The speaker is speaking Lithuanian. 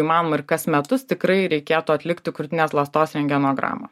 įmanoma ir kas metus tikrai reikėtų atlikti krūtinės ląstos rentgenogramą